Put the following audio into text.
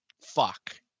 Fuck